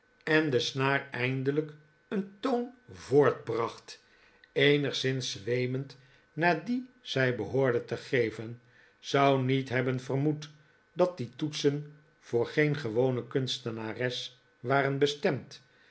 en de mercy wordt ondervraagd snaar eindelijk een toon voortbracht eenigszins zweemend naar dien zij behoorde te geven zou niet hebben vermoed dat die toetsen voor geen gewone kunstenares waren bestemd